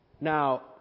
Now